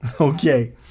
Okay